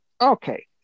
okay